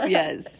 yes